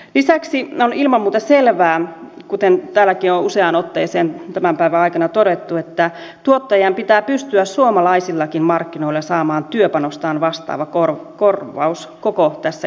lisäksi on ilman muuta selvää kuten täälläkin on useaan otteeseen tämän päivän aikana todettu että tuottajien pitää pystyä suomalaisillakin markkinoilla saamaan työpanostaan vastaava korvaus koko tässä ketjussa